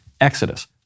Exodus